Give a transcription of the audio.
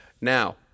Now